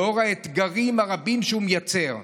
לאור האתגרים הרבים שהוא מייצר?